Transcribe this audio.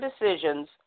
decisions